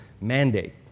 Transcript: mandate